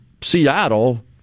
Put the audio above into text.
seattle